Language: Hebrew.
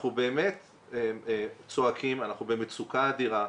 אנחנו באמת צועקים, אנחנו במצוקה אדירה.